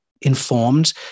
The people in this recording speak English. informed